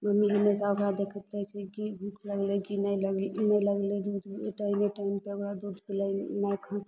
mummy हमेशा ओकरा देखैत रहै छै की भूख लगलै कि नहि लगलै ई नहि लगलै भूख पहिने पानिसे ओकरा दूध पिलैने माँ अखन